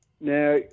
Now